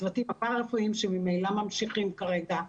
הצוותים הפרה-רפואיים שממילא ממשיכים כרגע.